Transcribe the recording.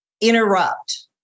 interrupt